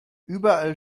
überall